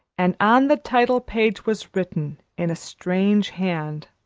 and on the title-page was written in a strange hand,